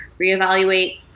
reevaluate